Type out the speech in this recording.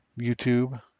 YouTube